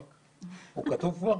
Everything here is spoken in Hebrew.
הוא כתוב כבר?